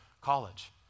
college